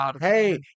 Hey